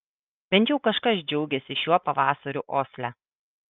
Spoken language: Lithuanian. bent jau kažkas džiaugėsi šiuo pavasariu osle